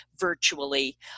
virtually